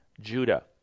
Judah